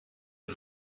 you